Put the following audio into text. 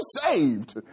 saved